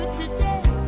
today